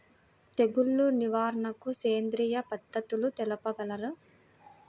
తెగులు నివారణకు సేంద్రియ పద్ధతులు తెలుపగలరు?